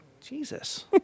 Jesus